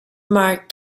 marked